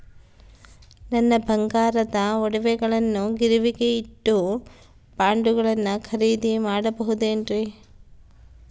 ನನ್ನ ಬಂಗಾರದ ಒಡವೆಗಳನ್ನ ಗಿರಿವಿಗೆ ಇಟ್ಟು ಬಾಂಡುಗಳನ್ನ ಖರೇದಿ ಮಾಡಬಹುದೇನ್ರಿ?